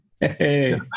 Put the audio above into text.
hey